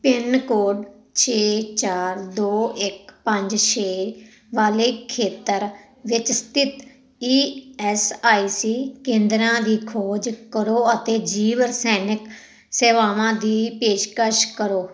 pin code ਛੇ ਚਾਰ ਦੋ ਇੱਕ ਪੰਜ ਛੇ ਵਾਲੇ ਖੇਤਰ ਵਿੱਚ ਸਥਿਤ ਈ ਐੱਸ ਆਈ ਸੀ ਕੇਂਦਰਾਂ ਦੀ ਖੋਜ ਕਰੋ ਅਤੇ ਜੀਵ ਰਸਾਇਣਿਕ ਸੇਵਾਵਾਂ ਦੀ ਪੇਸ਼ਕਸ਼ ਕਰੋ